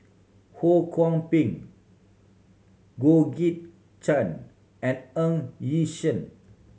Ho Kwon Ping Georgette Chen and Ng Yi Sheng